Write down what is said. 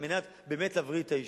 על מנת באמת להבריא את היישוב.